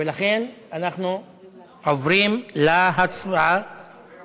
ולכן אנחנו עוברים להצבעה, מה